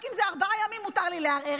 רק אם זה ארבעה ימים מותר לי לערער,